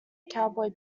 cowboy